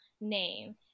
name